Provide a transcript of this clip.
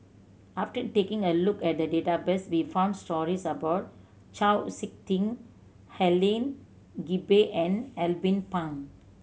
after taking a look at the database we found stories about Chau Sik Ting Helen Gilbey and Alvin Pang